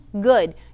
good